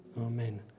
Amen